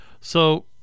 So-